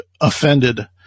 offended